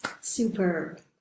Superb